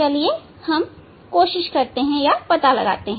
चलिए हम पता लगातें है